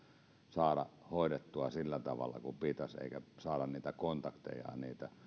saada hoidettua sillä tavalla kuin pitäisi eikä saada niitä kontakteja niitä